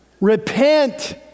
Repent